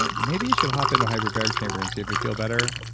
so maybe you should hop in a hyperbaric chamber and see if you feel better,